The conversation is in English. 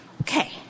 Okay